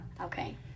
Okay